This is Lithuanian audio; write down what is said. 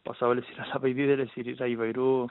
pasaulis labai didelis ir yra įvairių